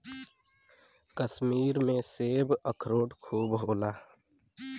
कश्मीर में सेब, अखरोट खूब होला